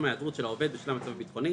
היעדרות של העובד בשל המצב הביטחוני,